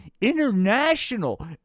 International